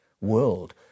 world